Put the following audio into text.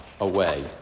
away